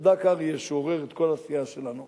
צדק אריה, שעורר את כל הסיעה שלנו